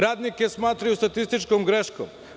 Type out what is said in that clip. Radnike smatraju statističkom greškom.